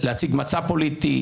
להציג מצע פוליטי,